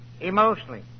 emotionally